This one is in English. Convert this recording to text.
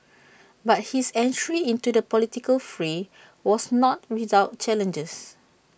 but his entry into the political fray was not without challenges